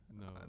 No